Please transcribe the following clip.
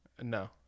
No